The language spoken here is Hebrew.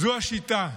זו השיטה,